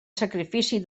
sacrifici